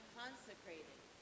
consecrated